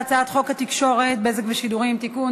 על הצעת חוק התקשורת (בזק ושידורים) (תיקון,